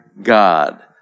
God